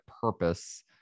purpose